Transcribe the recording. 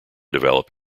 develop